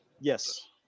Yes